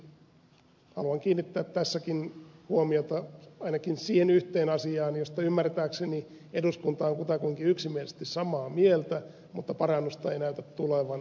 aivan lopuksi haluan kiinnittää tässäkin huomiota ainakin siihen yhteen asiaan josta ymmärtääkseni eduskunta on kutakuinkin yksimielisesti samaa mieltä mutta jossa parannusta ei näytä tulevan